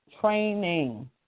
training